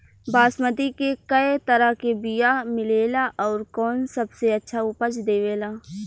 बासमती के कै तरह के बीया मिलेला आउर कौन सबसे अच्छा उपज देवेला?